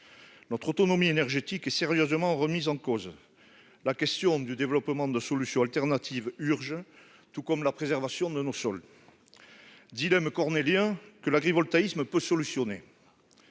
Notre autonomie énergétique est sérieusement remise en cause. La question du développement de solutions alternatives « urge », tout comme celle de la préservation de nos sols. Voilà un dilemme cornélien que l'agrivoltaïsme peut résoudre,